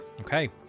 okay